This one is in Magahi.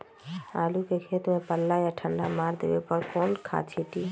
आलू के खेत में पल्ला या ठंडा मार देवे पर कौन खाद छींटी?